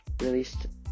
released